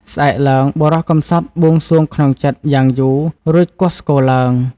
ស្អែកឡើង បុរសកំសត់បួងសួងក្នុងចិត្ត យ៉ាងយូរ រួចគោះស្គរឡើង ។